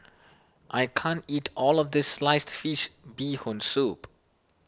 I can't eat all of this Sliced Fish Bee Hoon Soup